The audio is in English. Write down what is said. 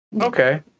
okay